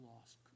lost